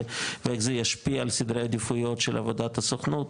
ואיך זה ישפיע על סדרי העדיפויות של עבודת הסוכנות,